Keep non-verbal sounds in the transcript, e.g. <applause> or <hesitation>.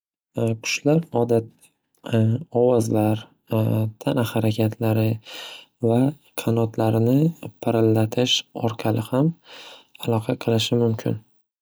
<hesitation> Qushlar odatda <hesitation> ovozlar <hesitation> tana harakatlari va qanotlarini pirillatish orqali ham aloqa qilishi mumkin.